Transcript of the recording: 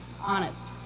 honest